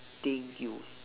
thing you